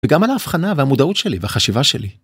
‫וגם על ההבחנה והמודעות שלי ‫והחשיבה שלי.